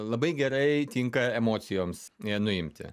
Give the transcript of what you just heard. labai gerai tinka emocijoms i nuimti